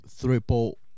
triple